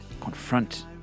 confront